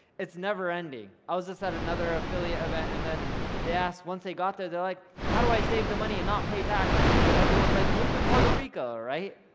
it's never-ending. i was just at another affiliate event and then they asked, once they got there they're like, how do i save the money and not pay taxes. then everyone's like move to puerto rico.